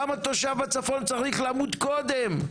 למה תושב הצפון צריך למות קודם?